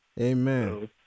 amen